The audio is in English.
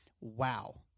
Wow